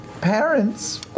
Parents